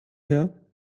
her